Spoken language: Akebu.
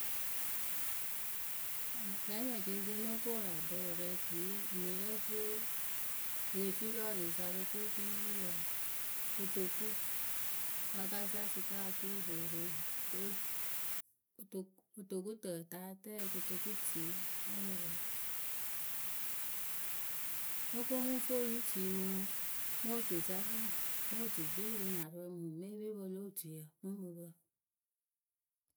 Kɛɛnyɔɛ ceŋceŋ nóo ko wɨraakpǝ pǝrǝ kɨyi enirɛ oturu e le fii lɔrisa o lo ko kunyowuiyǝ wǝǝ. kotoku a ka sa sɩka oturu o lo ro ko kotoku tǝta rɛ kotoku tiyi ǝ mɨ pǝ Nóo ko mɨ ŋ fuu oyutui mɨ mɨ otuzazaa mɨ otukpii rɨ nyarɨwǝ mɨŋ me epipǝ lo otuyǝ mɨŋ mɨ pǝ.